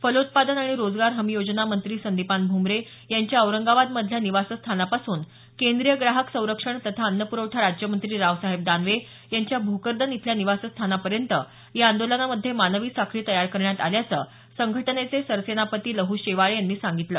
फलोत्पादन आणि रोजगार हमी योजना मंत्री संदीपान भूमरे यांच्या औरंगाबादमधल्या निवासस्थानापासून केंद्रीय ग्राहक संरक्षण तथा अन्न पुरवठा राज्यमंत्री रावसाहेब दानवे यांच्या भोकरदन इथल्या निवासस्थानापर्यंत या आंदोलनामधे मानवी साखळी तयार करण्यात आल्याचं संघटनेचे सरसेनापती लहु शेवाळे यांनी सांगितलं